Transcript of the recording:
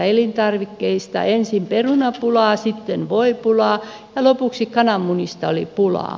ensin perunapulaa sitten voipulaa ja lopuksi kananmunista oli pulaa